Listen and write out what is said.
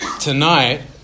tonight